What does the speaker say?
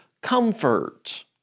comfort